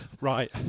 Right